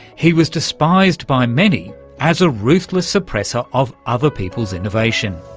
he was despised by many as a ruthless suppressor of other people's innovation.